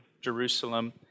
Jerusalem